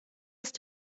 ist